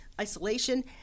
isolation